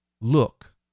look